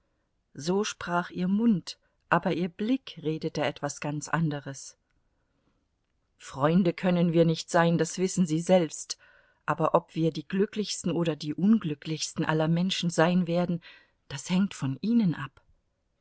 so sprach ihr mund aber ihr blick redete etwas ganz anderes freunde können wir nicht sein das wissen sie selbst aber ob wir die glücklichsten oder die unglücklichsten aller menschen sein werden das hängt von ihnen ab